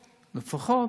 לפחות,